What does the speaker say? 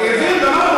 העביר,